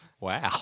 Wow